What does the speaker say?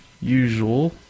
usual